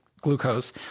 glucose